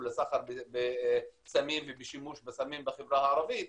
בשימוש בסחר בסמים ובשימוש בסמים בחברה הערבית,